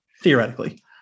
theoretically